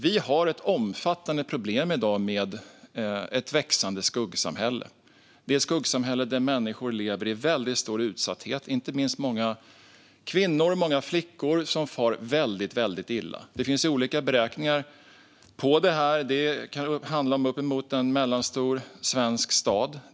Vi har ett omfattande problem med ett växande skuggsamhälle där människor lever i stor utsatthet, inte minst många kvinnor och flickor. Det finns olika beräkningar av detta, men antalet kan motsvara en mellanstor svensk stad.